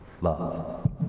Love